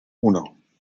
uno